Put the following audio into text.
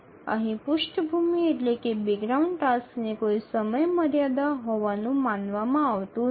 અહીં પૃષ્ઠભૂમિ ટાસ્કને કોઈ સમયમર્યાદા હોવાનું માનવામાં આવતું નથી